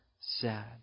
sad